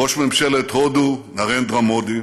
ראש ממשלת הודו נרנדרה מודי,